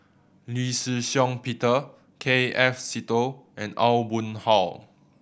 Lee Shih Shiong Peter K F Seetoh and Aw Boon Haw